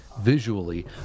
visually